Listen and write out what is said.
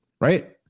right